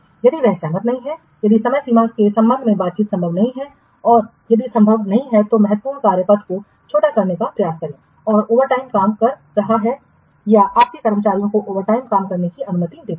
यदि वह सहमत नहीं है यदि समय सीमा के संबंध में बातचीत संभव नहीं है तो यदि संभव नहीं है तो महत्वपूर्ण कार्य पथ को छोटा करने का प्रयास करें जो ओवरटाइम काम कर रहा है या आपके कर्मचारियों को ओवरटाइम काम करने की अनुमति देता है